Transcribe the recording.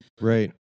Right